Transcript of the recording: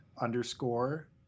underscore